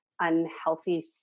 Unhealthy